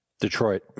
Detroit